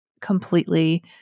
completely